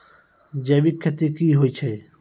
जैविक खेती की होय छै?